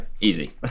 Easy